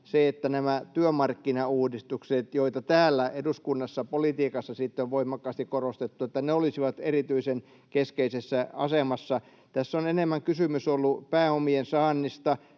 että nämä työmarkkinauudistukset, joita täällä eduskunnassa politiikassa puolestaan on voimakkaasti korostettu, olisivat erityisen keskeisessä asemassa. Tässä on enemmän kysymys ollut pääomien saannista,